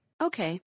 Okay